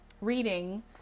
reading